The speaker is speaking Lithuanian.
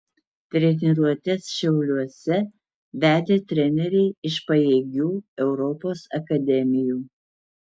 treniruotes šiauliuose vedė treneriai iš pajėgių europos akademijų